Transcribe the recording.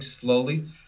slowly